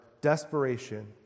desperation